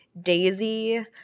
daisy